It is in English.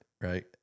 right